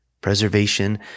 preservation